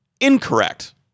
Incorrect